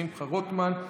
שמחה רוטמן,